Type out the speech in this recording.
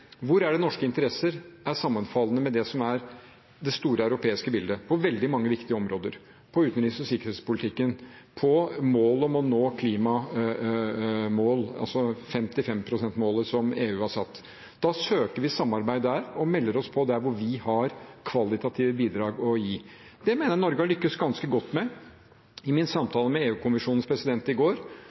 Hvor er det norske interesser er sammenfallende med det store europeiske bildet på veldig mange viktige områder – på utenriks- og sikkerhetspolitikken, på å nå klimamålet, altså 55 prosentmålet som EU har satt? Da søker vi samarbeid der, og melder oss på der hvor vi har kvalitative bidrag å gi. Det mener jeg Norge har lyktes ganske godt med. I min samtale med EU-kommisjonens president i går